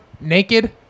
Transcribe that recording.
naked